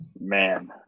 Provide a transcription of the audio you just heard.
man